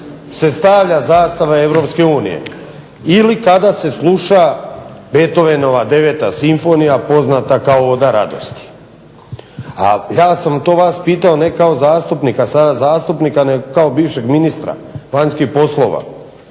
se stavlja zastava Europske unije ili kada se sluša Beethovenova 9. simfonija poznata kao "Oda radosti". A ja sam to vas pitao ne kao zastupnik, a sada zastupnik, kao bivšeg ministra vanjskih poslova